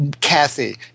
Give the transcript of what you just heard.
Kathy